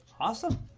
Awesome